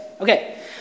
Okay